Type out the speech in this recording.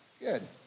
good